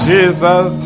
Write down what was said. Jesus